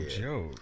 joke